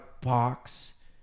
box